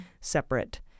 separate